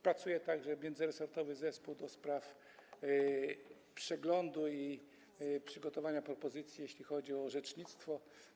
Pracuje także międzyresortowy zespół do spraw przeglądu i przygotowania propozycji, jeśli chodzi o orzecznictwo.